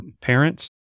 parents